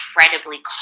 incredibly